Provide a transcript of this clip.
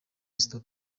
stop